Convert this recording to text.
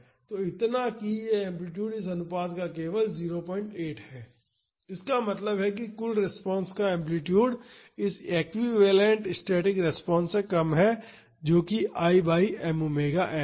तो इतना कि यह एम्पलीटूड इस अनुपात का केवल 08 है इसका मतलब है कि इस कुल रिस्पांस का एम्पलीटूड इस एक्विवैलेन्ट स्टैटिक रिस्पांस से कम है जो कि I by M omega N है